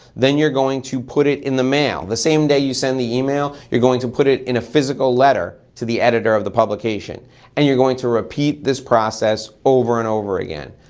then you're going to put it in the mail. the same day you send the email, you're going to put it in a physical letter to the editor of the publication and you're going to repeat this process over and over again.